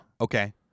Okay